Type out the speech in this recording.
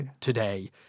today